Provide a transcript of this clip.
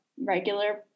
regular